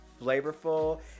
flavorful